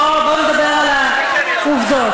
בואו נדבר על העובדות.